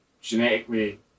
Genetically